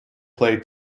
play